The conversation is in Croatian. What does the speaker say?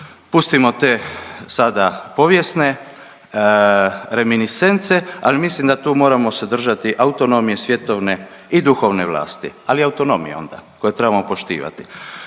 pustimo te sada povijesne reminiscence ali mislim da tu moramo se držati autonomije svjetovne i duhovne vlasti, ali autonomije onda koje trebamo poštivati.